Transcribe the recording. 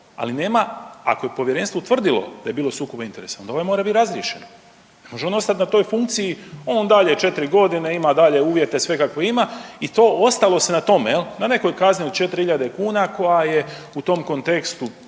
Ali nema, ako je povjerenstvo utvrdilo da je bilo sukoba interesa onda ovaj mora bit razriješen, ne može on ostat na toj funkciji, on dalje 4.g., ima dalje uvjete sve kakve ima i to, ostalo se na tome jel, na nekoj kazni od 4 iljade kuna koja je u tom kontekstu